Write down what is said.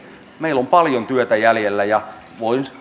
meillä on paljon työtä jäljellä ja